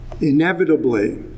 inevitably